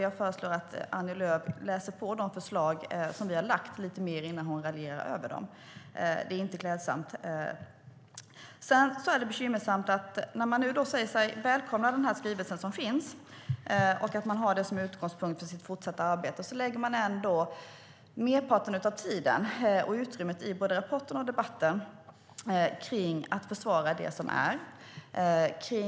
Jag föreslår att Annie Lööf läser på de förslag vi har lagt fram lite mer innan hon raljerar över dem. Det är inte klädsamt. Det är bekymmersamt att när regeringen nu säger sig välkomna den skrivelse som finns och säger att den har den som utgångspunkt för sitt fortsatta arbete lägger den ändå merparten av tiden och utrymmet i både rapporten och debatten på att försvara det som är.